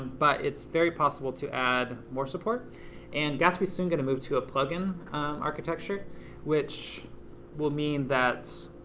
but it's very possible to add more support and gatsby's soon going to move to a plugin architecture which will mean that,